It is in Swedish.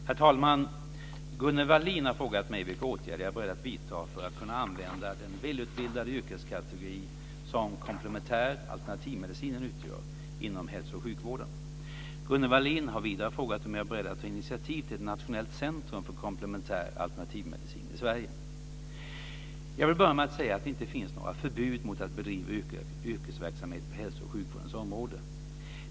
Herr talman! Gunnel Wallin har frågat mig vilka åtgärder jag är beredd att vidta för att kunna använda den välutbildade yrkeskategori som komplementär alternativmedicin i Sverige. Jag vill börja med att säga att det inte finns några förbud mot att bedriva yrkesverksamhet på hälso och sjukvårdens område.